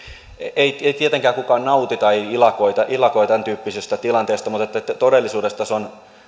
ei tietenkään kukaan nauti tai ilakoi ilakoi tämäntyyppisestä tilanteesta mutta todellisuudessa tässä ovat